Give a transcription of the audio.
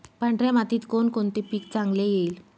पांढऱ्या मातीत कोणकोणते पीक चांगले येईल?